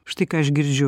štai ką aš girdžiu